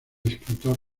escritor